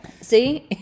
See